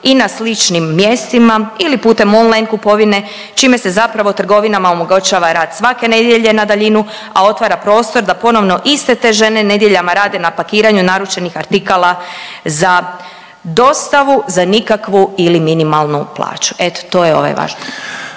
i na sličnim mjestima ili putem on-line kupovine čime se zapravo trgovinama omogućava rad svake nedjelje na daljinu, a otvara prostor da ponovno iste te žene nedjeljama rade na pakiranju naručenih artikala za dostavu za nikakvu ili minimalnu plaću. Eto to je ovaj vaš.